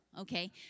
okay